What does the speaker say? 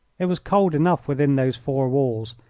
it was cold enough within those four walls,